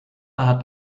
hat